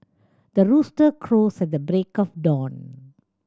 the rooster crows at the break of dawn